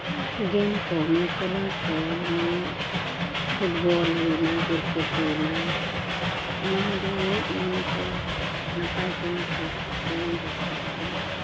ᱜᱮᱢ ᱠᱚ ᱢᱟᱱᱮ ᱠᱷᱮᱞᱳᱰ ᱠᱚ ᱡᱮᱢᱚᱱ ᱯᱷᱩᱴᱵᱚᱞ ᱦᱩᱭᱱᱟ ᱠᱨᱤᱠᱮᱴ ᱦᱩᱭᱱᱟ ᱚᱱᱟᱦᱚᱸ ᱡᱮᱢᱚᱱ ᱢᱤᱫ ᱢᱚᱱᱮᱛᱮ ᱱᱟᱯᱟᱭᱛᱮᱢ ᱠᱷᱮᱞᱳᱰ ᱞᱮᱠᱷᱟᱱ ᱫᱚ